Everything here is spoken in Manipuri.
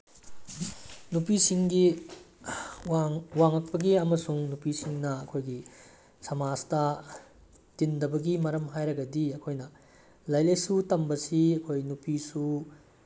ꯅꯨꯄꯤꯁꯤꯡꯒꯤ ꯋꯥꯡꯉꯛꯄꯒꯤ ꯑꯃꯁꯨꯡ ꯅꯨꯄꯤꯁꯤꯡꯅ ꯑꯩꯈꯣꯏꯒꯤ ꯁꯃꯥꯖꯇ ꯇꯤꯟꯗꯕꯒꯤ ꯃꯔꯝ ꯍꯥꯏꯔꯒꯗꯤ ꯑꯩꯈꯣꯏꯅ ꯂꯥꯏꯔꯤꯛ ꯂꯥꯏꯁꯨ ꯇꯝꯕꯁꯤ ꯑꯩꯈꯣꯏ ꯅꯨꯄꯤꯁꯨ